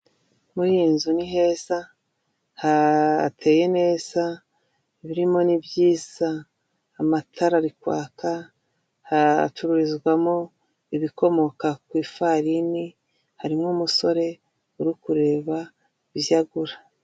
Muri iyi nzu ni heza hateye neza ibirimo ni byiza, amatara arikwaka hacururizwamo ibikomoka ku ifarini, harimo umusore uri kureba ibyo agura.